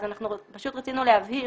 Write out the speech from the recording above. אז פשוט רצינו להבהיר